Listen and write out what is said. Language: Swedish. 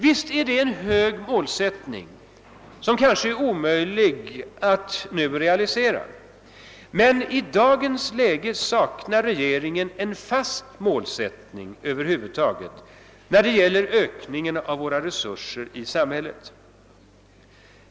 Visst är det en hög målsättning som kanske är omöjlig att realisera nu, men i dagens läge saknar regeringen en fast målsättning över huvud taget när det gäller ökningen av våra samhällsresurser.